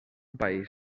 país